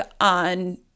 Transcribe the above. on